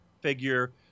figure